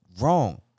wrong